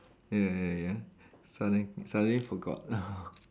ya ya ya suddenly suddenly forgot